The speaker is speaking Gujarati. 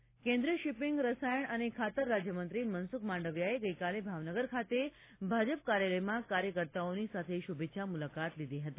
મનસુખ માંડવિયા કેન્દ્રિય શિપિંગ રસાયણ અને ખાતર રાજ્યમંત્રી મનસુખ માંડવીયાએ ગઈકાલે ભાવનગર ખાતે ભાજપ કાર્યાલયમાં કાર્યકર્તાઓની સાથે શુભેચ્છા મુલાકાત લીધી હતી